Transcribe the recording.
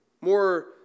more